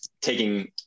taking